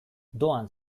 doan